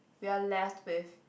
we are left with